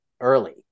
early